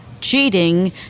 cheating